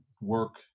work